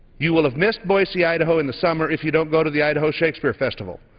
you will have missed boise, idaho in the summer if you don't go to the idaho shakespeare festival,